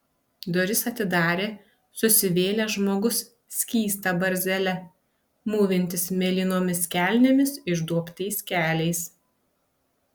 duris atidarė susivėlęs žmogus skysta barzdele mūvintis mėlynomis kelnėmis išduobtais keliais